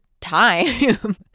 Time